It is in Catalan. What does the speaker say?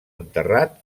enterrat